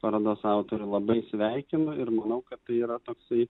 parodos autorių labai sveikinu ir manau kad tai yra toksai